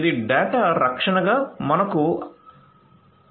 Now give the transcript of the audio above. ఇది డేటా రక్షణగా మనకు అవసరం